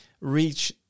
reach